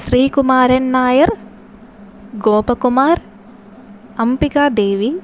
Sreekumaran Nair Gopakumar Ambika Devi